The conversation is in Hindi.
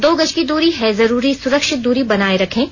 दो गज की दूरी है जरूरी सुरक्षित दूरी बनाए रखें